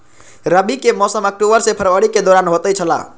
रबी के मौसम अक्टूबर से फरवरी के दौरान होतय छला